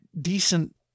decent